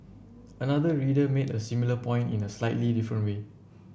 another reader made a similar point in a slightly different way